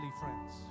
friends